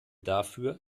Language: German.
dafür